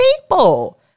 people